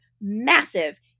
massive